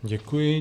Děkuji.